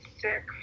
sick